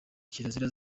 kirazira